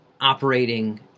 operating